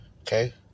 Okay